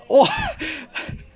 !wah!